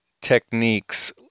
techniques